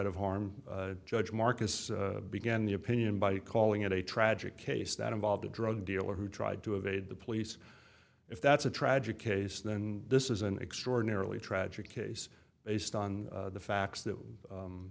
of harm judge marcus began the opinion by calling it a tragic case that involved a drug dealer who tried to evade the police if that's a tragic case then this is an extraordinarily tragic case based on the facts that